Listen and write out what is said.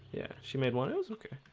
yeah. she made one of those okay